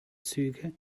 züge